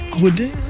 good